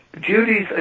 Judy's